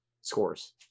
scores